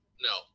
no